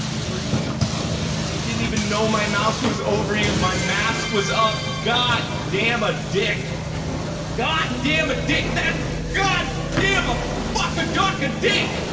three i didn't even know my mouse was over you my mask was up god damn a dick god damn a dick that god damn a fuck a duck a dick